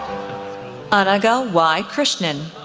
anagha y. krishnan,